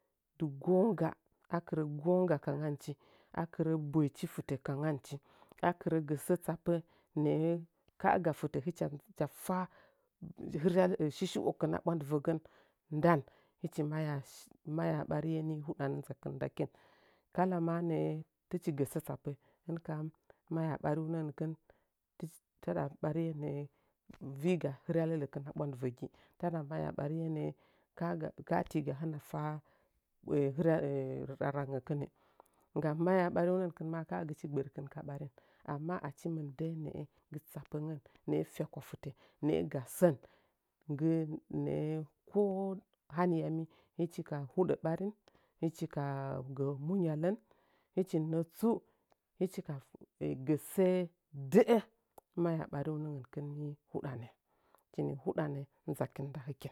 Dɨ gongga akɨrə gongga kangan chi akɨrə boi chi fɨtə kanganchi akɨrə gə akɨrə gə sə tsapə nə’ə ka’aga fɨtə hɨcha fa hɨryalif shu shu əkin a ɓwandivəgən ndan hɨchi maya “shi – manya ɓariye ni hudanə nza – kin ndakin kala ma nə’ə hɨchi gə səə tsapə hɨnkam maya ɓariuməngənkɨn fɨchi – tada ɓariye nə’ə viiga hɨrya ləkin aɓwandɨvəgi, taɗa manya ɓariye nə’ə “ka aga – ka atiga hɨna fa hɨryala rərəngəkɨn maa kaagɨkin gbəkin ka ɓarin amma achi mɨndə nə’ə nggɨ tsapəngən nə’ə fyakwa fɨtə nə’ə ga sən nggɨ ko hanyami hɨchi ka huɗə nə’ə ɓarin, hɨchi ka gə munggy alən, hɨchin nətsu hɨchi ka gə səə də’ə mahya ɓarium əngənkɨn nii judanə hɨchi ni hudanə nzan nda hɨkin.